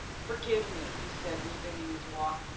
forgive me, he said, resuming his walk.